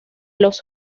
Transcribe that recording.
los